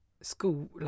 school